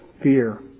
fear